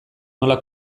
nola